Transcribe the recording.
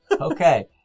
Okay